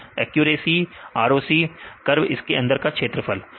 specificity accuracy विद्यार्थी ROC ROC curve इसके अंदर का क्षेत्रफल